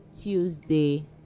Tuesday